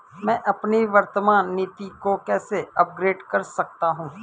मैं अपनी वर्तमान नीति को कैसे अपग्रेड कर सकता हूँ?